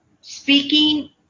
speaking